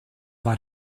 war